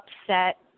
upset